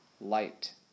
Light